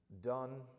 done